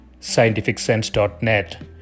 scientificsense.net